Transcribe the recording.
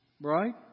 Right